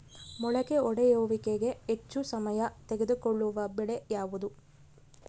ಮೊಳಕೆ ಒಡೆಯುವಿಕೆಗೆ ಹೆಚ್ಚು ಸಮಯ ತೆಗೆದುಕೊಳ್ಳುವ ಬೆಳೆ ಯಾವುದು?